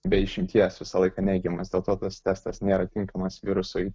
be išimties visą laiką neigiamas dėl to tas testas nėra tinkamas virusui